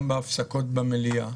בהפסקות במליאה.